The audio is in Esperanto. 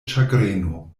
ĉagreno